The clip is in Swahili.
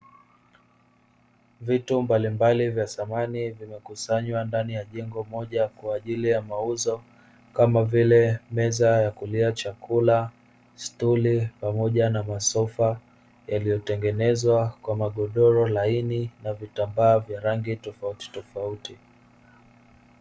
Vitu mbalimbali vya samani vimekusanywa ndani ya jengo moja kwa ajili ya mauzo, kama vile: meza ya kulia chakula, stuli pamoja na masofa yaliyotengenezwa kwa magodoro laini na vitambaa vya rangi tofautitofauti.